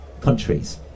countries